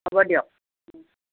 হ'ব দিয়ক